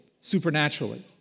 supernaturally